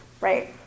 right